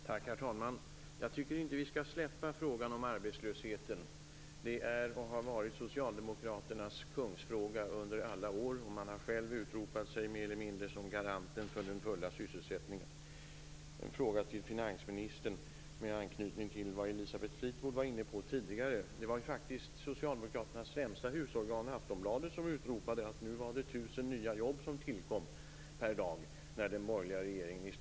Herr talman! Jag tycker inte att vi skall släppa frågan om arbetslösheten. Den är och har under alla år varit socialdemokraternas kungsfråga, och socialdemokraterna har själva utropat sitt parti mer eller mindre som garanten för den fulla sysselsättningen. Jag har en fråga till finansministern med anknytning till det som Elisabeth Fleetwood tidigare var inne på. Det var faktiskt socialdemokraternas främsta husorgan Aftonbladet som utropade att 1 000 nya jobb tillkom per dag i samband med att den borgerliga regeringen avgick.